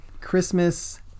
Christmas